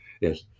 Yes